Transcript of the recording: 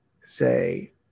say